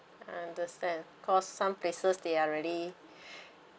understand cause some places they are really